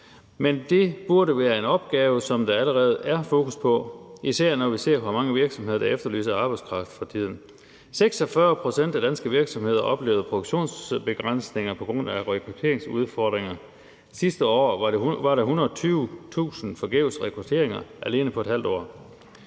men det burde være en opgave, som der allerede er fokus på, især når vi ser, hvor mange virksomheder der efterlyser arbejdskraft for tiden: 46 pct. af danske virksomheder oplevede produktionsbegrænsninger på grund af rekrutteringsudfordringer; sidste år var der 120.000 forgæves rekrutteringsforsøg alene på et halvt år.